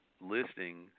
listing